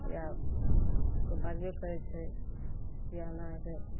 या कोइ बाजबे करै छै कि एना होइ छै